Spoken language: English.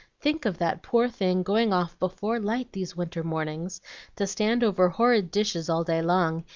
think of that poor thing going off before light these winter mornings to stand over horrid dishes all day long,